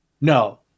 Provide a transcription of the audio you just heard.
No